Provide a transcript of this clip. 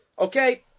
Okay